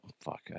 fuck